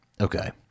Okay